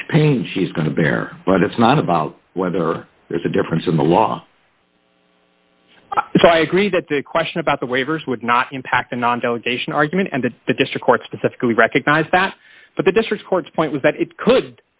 much pain she's going to bear but it's not about whether there's a difference in the law so i agree that the question about the waivers would not impact the non delegation argument and that the district court specifically recognized that but the district courts point was that it could